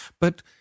But